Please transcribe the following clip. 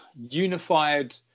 unified